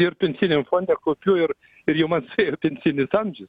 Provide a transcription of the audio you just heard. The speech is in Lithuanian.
ir pensijiniam fonde kaupiu ir ir jau man suėjo pensijinis amžius